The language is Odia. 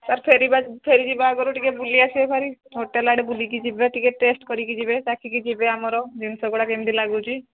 ସାର୍ ଫେରିବା ଫେରି ଯିବା ଆଗରୁ ଟିକେ ବୁଲି ଆସିବେ ଭେରି ହୋଟେଲ୍ ଆଡ଼େ ଟିକେ ବୁଲିକି ଯିବେ ଟେଷ୍ଟ କରି କି ଯିବେ ଚାଖି କି ଯିବେ ଆମର ଜିନିଷ ଗୁଡ଼ାକ କେମିତି ଲାଗୁଛି